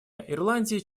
ирландия